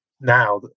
now